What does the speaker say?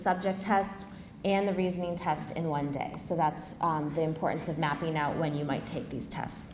subject test and the reasoning tests in one day so that's the importance of mapping out when you might take these tests